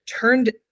turned